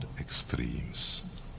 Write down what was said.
extremes